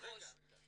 אדוני היושב ראש,